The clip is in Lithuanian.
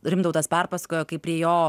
rimtautas perpasakojo kaip prie jo